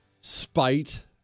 spite